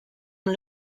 und